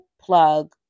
plug